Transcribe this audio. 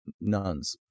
nuns